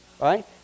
right